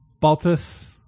Baltus